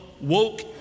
woke